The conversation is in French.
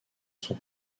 sont